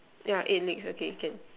yeah eight legs okay can